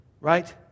Right